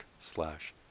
slash